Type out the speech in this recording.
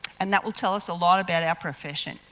and that will tell us a lot about our profession.